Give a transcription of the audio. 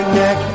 neck